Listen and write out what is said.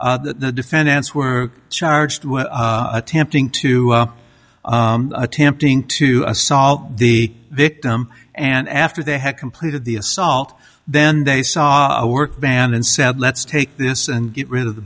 the defendants were charged with attempting to attempting to assault the victim and after they had completed the assault then they saw a work van and said let's take this and get rid of the